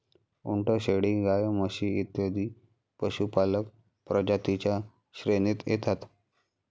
उंट, शेळी, गाय, म्हशी इत्यादी पशुपालक प्रजातीं च्या श्रेणीत येतात